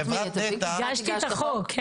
הגשתי את החוק.